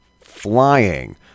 flying